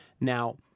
now